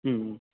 മ്മ്